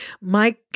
Mike